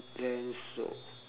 then so